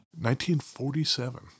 1947